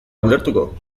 ulertuko